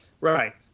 right